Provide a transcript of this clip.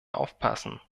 aufpassen